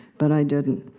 but i didn't.